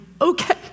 okay